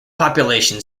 population